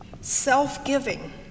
self-giving